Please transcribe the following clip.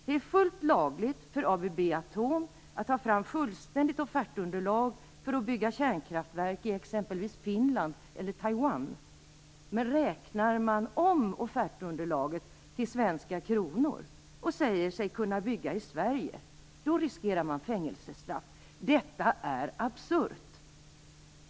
Det är fullt lagligt för ABB Atom att ta fram fullständigt offertunderlag för att bygga kärnkraftverk i exempelvis Finland eller Taiwan. Men om man räknar om offertunderlaget till svenska kronor och säger sig kunna bygga i Sverige, då riskerar man fängelsestraff. Detta är absurt.